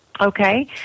Okay